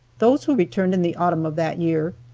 those who returned in the autumn of that year,